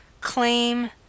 claim